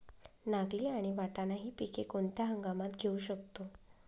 नागली आणि वाटाणा हि पिके कोणत्या हंगामात घेऊ शकतो?